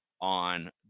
on